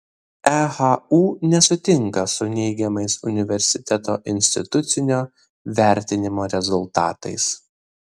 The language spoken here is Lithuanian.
ehu nesutinka su neigiamais universiteto institucinio vertinimo rezultatais